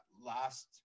last